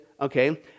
okay